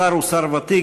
השר הוא שר ותיק,